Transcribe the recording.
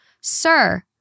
Sir